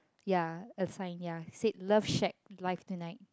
ya a sign ya said love shack live tonight